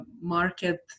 market